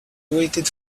waited